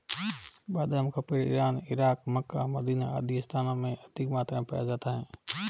बादाम का पेड़ इरान, इराक, मक्का, मदीना आदि स्थानों में अधिक मात्रा में पाया जाता है